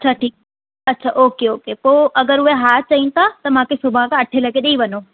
अच्छा ठीकु अच्छा ओके ओके पोइ अगरि उहे हा चइनि था मूंखे सुभाणे खां अठें लॻे ॾेई वञो